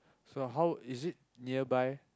so how is it nearby